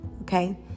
okay